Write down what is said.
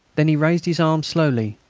then he raised his arm slowly,